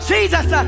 Jesus